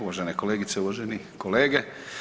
Uvažene kolegice, uvaženi kolege.